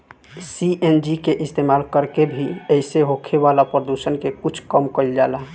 CNG के इस्तमाल कर के भी एसे होखे वाला प्रदुषण के कुछ कम कईल जाला